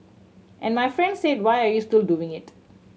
and my friend said why are you still doing it